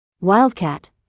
Wildcat